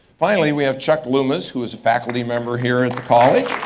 finally we have chuck loomis, who is a faculty member here at the college.